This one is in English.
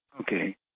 okay